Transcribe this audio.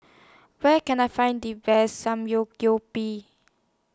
Where Can I Find The Best